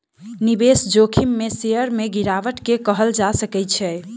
निवेश जोखिम में शेयर में गिरावट के कहल जा सकै छै